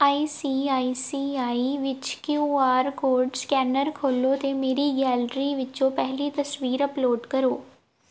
ਆਈ ਸੀ ਆਈ ਸੀ ਆਈ ਵਿੱਚ Q R code scanner ਖੋਲ੍ਹੋ ਅਤੇ ਮੇਰੀ ਗੈਲਰੀ ਵਿੱਚੋਂ ਪਹਿਲੀ ਤਸਵੀਰ ਅੱਪਲੋਡ ਕਰੋ